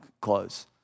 close